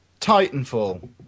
Titanfall